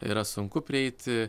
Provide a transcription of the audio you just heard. yra sunku prieiti